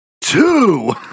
two